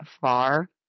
far